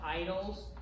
idols